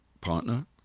partner